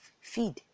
feed